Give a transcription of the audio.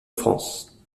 france